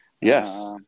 Yes